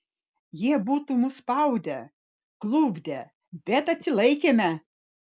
jie būtų mus spaudę klupdę bet atsilaikėme